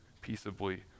peaceably